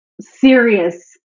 serious